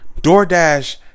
DoorDash